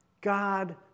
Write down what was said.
God